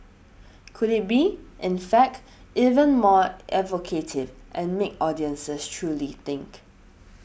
could it be in fact even more evocative and make audiences truly think